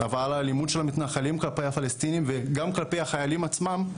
אבל האלימות של המתנחלים כלפי הפלסטינים וגם כלפי החיילים עצמם,